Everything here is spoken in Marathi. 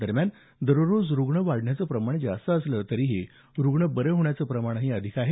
दरम्यान दररोज रुग्ण वाढण्याचं प्रमाण जास्त असलं तरीही रुग्ण बरे होण्याचं प्रमाणही अधिक आहे